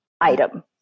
item